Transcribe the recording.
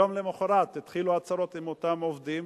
יום למחרת התחילו הצרות עם אותם עובדים,